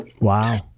Wow